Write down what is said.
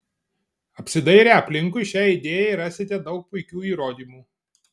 apsidairę aplinkui šiai idėjai rasite daug puikių įrodymų